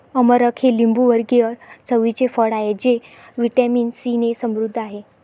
अमरख हे लिंबूवर्गीय चवीचे फळ आहे जे व्हिटॅमिन सीने समृद्ध आहे